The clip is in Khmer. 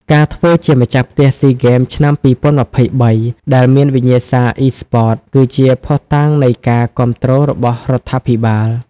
ការធ្វើជាម្ចាស់ផ្ទះស៊ីហ្គេមឆ្នាំ២០២៣ ដែលមានវិញ្ញាសាអុីស្ព័ត គឺជាភស្តុតាងនៃការគាំទ្ររបស់រដ្ឋាភិបាល។